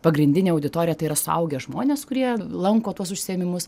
pagrindinė auditorija tai yra suaugę žmonės kurie lanko tuos užsiėmimus